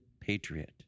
patriot